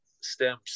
stems